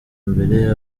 mbere